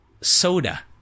soda